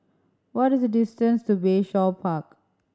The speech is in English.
what is the distance to Bayshore Park